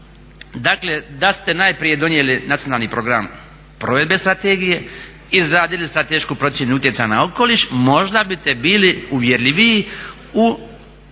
Dakle da ste najprije donijeli Nacionalni program provedbe Strategije, izradili stratešku procjenu utjecaja na okoliš možda biste bili uvjerljiviji u odredbama